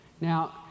Now